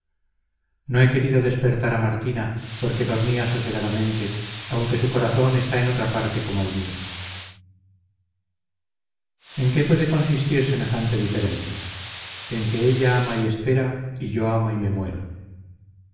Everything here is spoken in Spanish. no he querido despertar a martina porque dormía sosegadamente aunque su corazón está en otra parte como el mío en qué puede consistir semejante diferencia en que ella ama y espera y yo amo y me muero